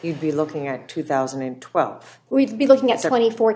you'd be looking at two thousand and twelve we'd be looking at seventy four